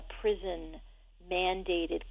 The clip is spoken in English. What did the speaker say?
prison-mandated